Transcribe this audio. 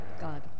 God